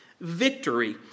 Victory